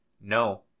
no